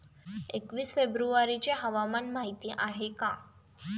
एकवीस फेब्रुवारीची हवामान माहिती आहे का?